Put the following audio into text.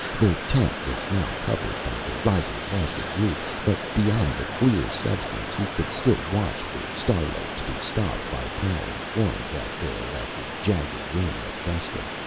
their tent was now covered by the rising plastic roof but beyond the clear substance, he could still watch for starlight to be stopped by prowling forms, out there at the jagged rim of vesta.